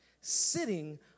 sitting